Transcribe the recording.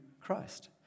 Christ